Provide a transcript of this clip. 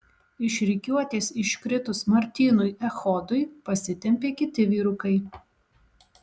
iš rikiuotės iškritus martynui echodui pasitempė kiti vyrukai